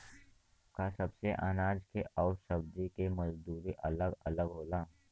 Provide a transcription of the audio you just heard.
का सबे अनाज के अउर सब्ज़ी के मजदूरी अलग अलग होला?